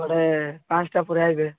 ବୋଲେ ପାଞ୍ଚଟା ପରେ ଆସିବେ